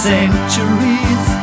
centuries